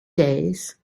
days